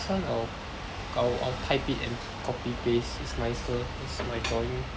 this one I will I I will type it and copy paste it's nicer want see my drawing